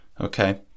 Okay